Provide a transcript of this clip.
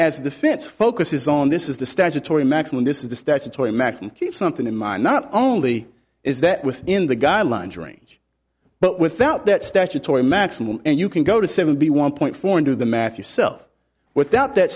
as the fits focuses on this is the statutory maximum this is the statutory max and keep something in mind not only is that within the guidelines range but without that statutory maximum and you can go to seventy one point four and do the math yourself without that